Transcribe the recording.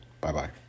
Bye-bye